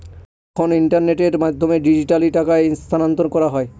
যখন ইন্টারনেটের মাধ্যমে ডিজিট্যালি টাকা স্থানান্তর করা হয়